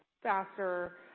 faster